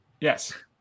Yes